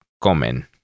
comen